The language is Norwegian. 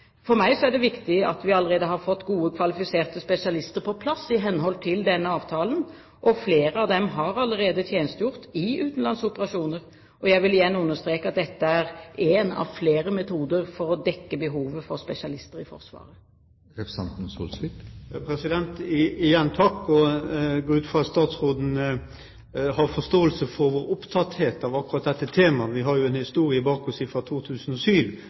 For meg er det viktig at vi allerede har fått gode, kvalifiserte spesialister på plass i henhold til denne avtalen, og flere av dem har allerede tjenestegjort i utenlandsoperasjoner. Jeg vil igjen understreke at dette er én av flere metoder for å dekke behovet for spesialister i Forsvaret. Igjen takk. Jeg går ut fra at statsråden har forståelse for opptattheten av akkurat dette temaet. Vi har jo en historie bak oss fra 2007,